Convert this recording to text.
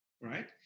right